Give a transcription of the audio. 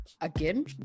again